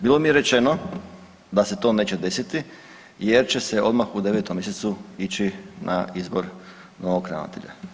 Bilo mi je rečeno da se to neće desiti jer će se odmah u 9. mjesecu ići na izbor novog ravnatelja.